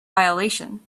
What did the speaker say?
violation